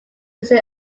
used